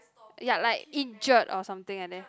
ya like injured or something like that